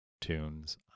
tunes